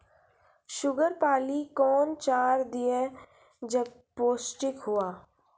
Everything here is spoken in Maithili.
शुगर पाली कौन चार दिय जब पोस्टिक हुआ?